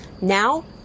Now